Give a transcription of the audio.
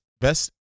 best